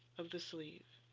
of the sleeve.